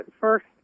First